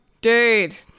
Dude